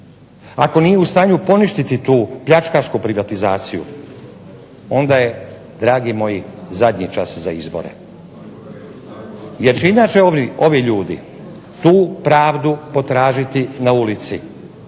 ako nije u stanju poništiti tu pljačkašku privatizaciju onda je dragi moji zadnji čas za izbore jer će inače ovi ljudi tu pravdu potražiti na ulici.